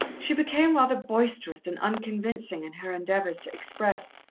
she became rather boisterous and unconvincing in her endeavours to express,